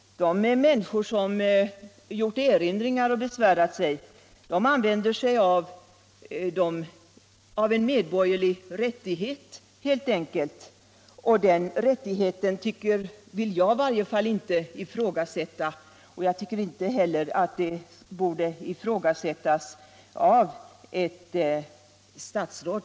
De människor som gjort erinringar och besvärat sig använder sig helt enkelt av en medborgerlig rättighet, och den rättigheten vill i varje fall inte jag ifrågasätta. Jag tycker inte heller att den borde ifrågasättas av ett statsråd.